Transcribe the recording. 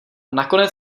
nakonec